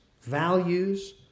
values